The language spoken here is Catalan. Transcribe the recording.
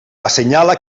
assenyala